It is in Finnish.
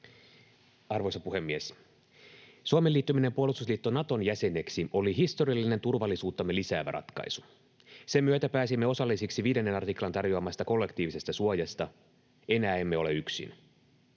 Arvoisa puhemies! Suomen liittyminen puolustusliitto Naton jäseneksi oli historiallinen turvallisuuttamme lisäävä ratkaisu. Sen myötä pääsimme osallisiksi 5 artiklan tarjoamasta kollektiivisesta suojasta — enää emme ole yksin.